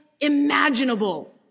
imaginable